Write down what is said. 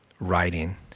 writing